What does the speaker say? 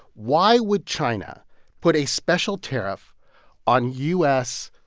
why would china put a special tariff on u s.